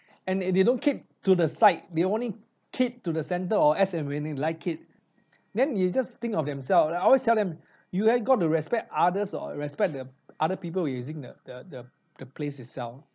and they they don't keep to the side they only keep to the center or as when when they like it then you just think of themselves like I always tell them you ain't got to respect others or respect the other people who using the the the the place itself